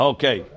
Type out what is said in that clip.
Okay